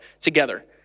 together